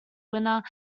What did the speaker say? winner